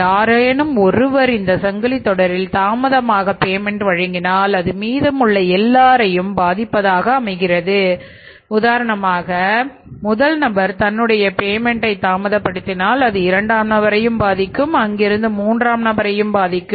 யாரேனும் ஒருவர் இந்த சங்கிலித்தொடரில் தாமதமாக பேமெண்ட் வழங்கினால் அது மீதமுள்ள எல்லோரையும் பாதிப்பதாக அமைகிறது உதாரணமாக முதல் நபர் தன்னுடைய பேமெண்ட் தாமதப்படுத்தினால் அது இரண்டாம் நபரையும் பாதிக்கும் அங்கிருந்து மூன்றாம் நபரையும்பாதிக்கும்